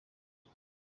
rwe